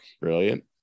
brilliant